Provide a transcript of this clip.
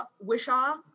Wishaw